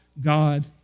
God